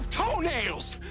toenails!